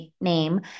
name